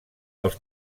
als